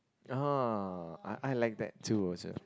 oh I I like that too also